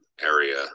area